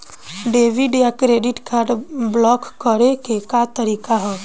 Debit या credit card block करे के का तरीका ह?